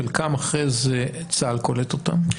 חלקם אחרי זה צה"ל קולט אותם.